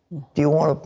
do you want